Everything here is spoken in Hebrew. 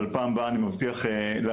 אבל פעם הבאה אני מבטיח להגיע,